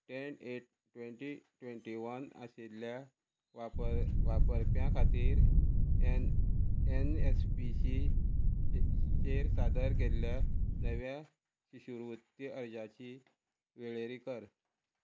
ten eight twenty twenty one आशिल्ल्या वापर वापरप्यां खातीर N N S P C चेर सादर केल्ल्या नव्या शिशुरवृत्ती अर्जांची वळेरी कर